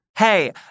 Hey